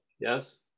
Yes